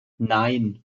nein